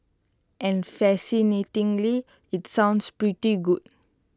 and fascinatingly IT sounds pretty good